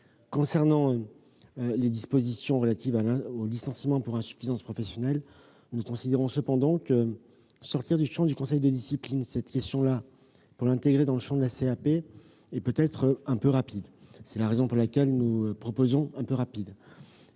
Concernant les dispositions relatives au licenciement pour insuffisance professionnelle, nous considérons que sortir du champ du conseil de discipline cette question pour l'intégrer dans celui de la CAP est peut-être un peu rapide. C'est pourquoi nous proposons la suppression de